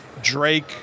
Drake